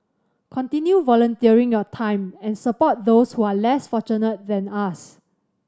continue volunteering your time and support those who are less fortunate than us